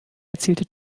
erzielte